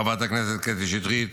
חברת הכנסת קטי שטרית